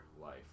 life